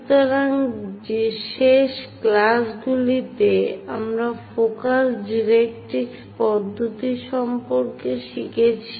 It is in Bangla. সুতরাং শেষ ক্লাসগুলিতে আমরা ফোকাস ডাইরেক্ট্রিক্স পদ্ধতি সম্পর্কে শিখেছি